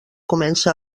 comença